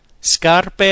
Scarpe